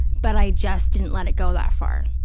but i just didn't let it go that far,